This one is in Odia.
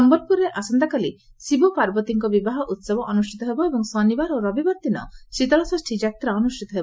ସମ୍ୟଲପୁରରେ ଆସନ୍ତାକାଲି ଶିବ ପାର୍ବତୀଙ୍କ ବିବାହ ଉସବ ଅନୁଷିତ ହେବ ଏବଂ ଶନିବାର ଓ ରବିବାର ଦିନ ଶୀତଳଷଷୀ ଯାତ୍ରା ଅନୁଷିତ ହେବ